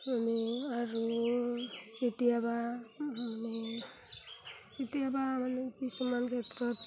মানে আৰু কেতিয়াবা মানে কেতিয়াবা মানে কিছুমান ক্ষেত্ৰত